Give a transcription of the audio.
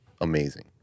amazing